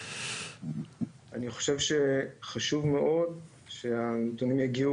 אני חושב שחשוב מאוד שהנתונים יגיעו,